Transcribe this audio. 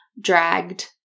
dragged